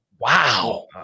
wow